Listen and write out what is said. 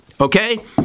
Okay